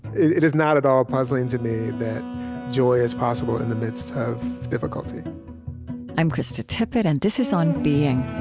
it is not at all puzzling to me that joy is possible in the midst of difficulty i'm krista tippett, and this is on being